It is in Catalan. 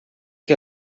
que